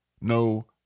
No